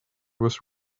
was